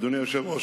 אדוני היושב-ראש,